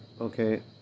okay